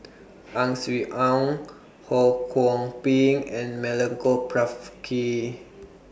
Ang Swee Aun Ho Kwon Ping and Milenko Prvacki